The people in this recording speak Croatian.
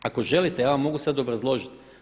Ako želite ja vam mogu sada obrazložiti.